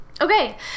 Okay